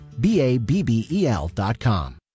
B-A-B-B-E-L.com